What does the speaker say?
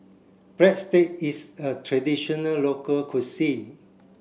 Breadsticks is a traditional local cuisine